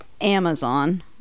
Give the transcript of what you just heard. Amazon